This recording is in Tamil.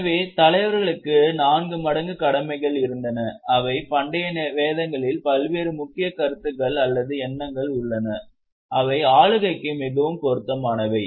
எனவே தலைவர்களுக்கு நான்கு மடங்கு கடமைகள் இருந்தன அவை பண்டைய வேதங்களில் பல்வேறு முக்கிய கருத்துக்கள் அல்லது எண்ணங்கள் உள்ளன அவை ஆளுகைக்கு மிகவும் பொருத்தமானவை